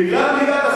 בגלל נהיגת